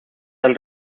del